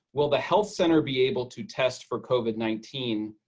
will the health center be able to test for covid nineteen